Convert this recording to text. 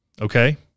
okay